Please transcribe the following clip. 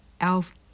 Alf